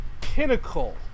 pinnacle